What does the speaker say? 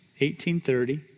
1830